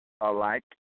alike